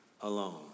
alone